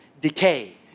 decay